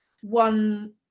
one